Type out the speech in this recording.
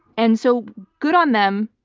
and so good on them,